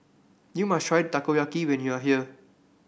you must try Takoyaki when you are here